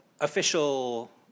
official